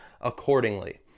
accordingly